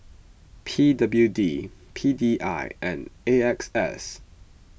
P W D P D I and A X S